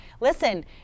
listen